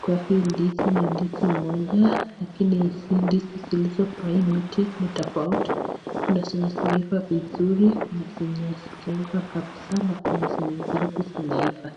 Kwa hii ndizi ni ndizi moja, lakini hizi ndizi zilizo kwa hii miti ni tofauti. Kuna zenye zimeiva vizuri, kuna zenye hazijaiva kabisa na kuna zenye karibu zinaiva.